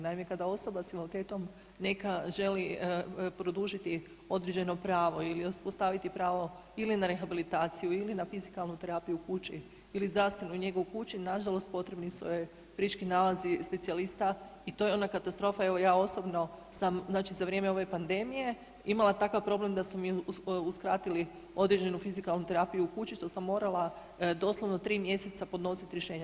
Naime, kada osoba s invaliditetom neka želi produžiti određeno pravo ili uspostaviti pravo ili na rehabilitaciju ili na fizikalnu terapiju u kući ili zdravstvenu njegu u kući nažalost potrebni su joj friški nalazi specijalista i to je ona katastrofa, evo ja osobno sam znači za vrijeme ove pandemije imala takav problem da su mi uskratili određenu fizikalnu terapiju u kući što sam morala doslovno 3 mjeseca podnositi rješenja.